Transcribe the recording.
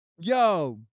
Yo